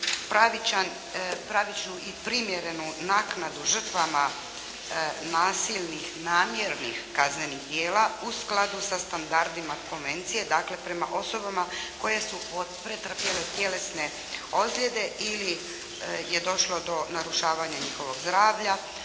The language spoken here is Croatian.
pravičnu i primjerenu naknadu žrtvama nasilnih namjernih kaznenih djela u skladu sa standardima konvencije, dakle prema osobama pretrpjele tjelesne ozljede ili je došlo do narušavanja njihovog zdravlja.